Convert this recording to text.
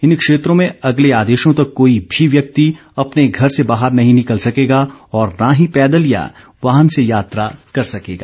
इन क्षेत्रों में अगले आदेशों तक कोई भी व्यक्ति अपने घर से बाहर नहीं निकल सकेगा और न ही पैदल या वाहन से यात्रा कर सकेगा